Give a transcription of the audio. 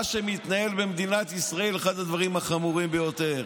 מה שמתנהל במדינת ישראל הוא אחד הדברים החמורים ביותר.